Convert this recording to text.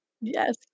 Yes